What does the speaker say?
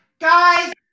guys